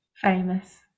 famous